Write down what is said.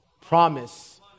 promise